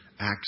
acts